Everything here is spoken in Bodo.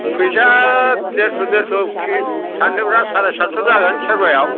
फैसाया देरस' देरस' सानदोरा सारायसातस' जागोन सेरबायाव